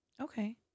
Okay